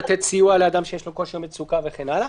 לתת סיוע לאדם שיש לו קושי או מצוקה וכן הלאה.